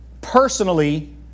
personally